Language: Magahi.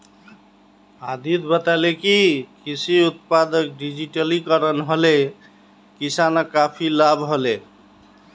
अदित्य बताले कि कृषि उत्पादक डिजिटलीकरण हले किसानक काफी लाभ हले